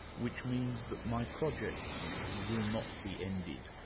which means that my projects will not be ended,